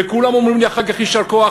וכולם אומרים לי אחר כך: יישר כוח,